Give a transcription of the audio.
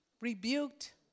rebuked